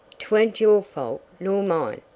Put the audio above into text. tweren't your fault nor mine,